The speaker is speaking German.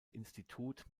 institut